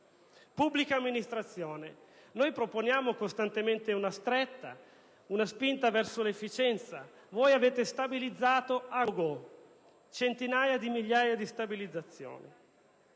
pubblica amministrazione, noi proponiamo costantemente una stretta, una spinta verso l'efficienza, mentre voi avete stabilizzato *à gogo*, con centinaia di migliaia di stabilizzazioni.